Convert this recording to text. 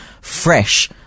fresh